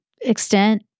extent